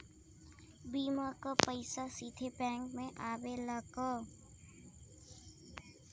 बीमा क पैसा सीधे बैंक में आवेला का?